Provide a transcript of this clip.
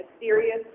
serious